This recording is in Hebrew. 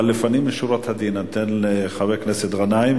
אבל לפנים משורת הדין אני אתן לחבר הכנסת גנאים,